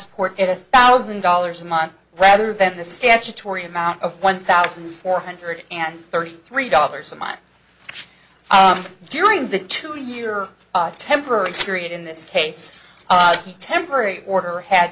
support at a thousand dollars a month rather than the statutory amount of one thousand four hundred and thirty three dollars a month during the two year temporary period in this case the temporary order had